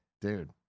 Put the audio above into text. dude